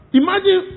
imagine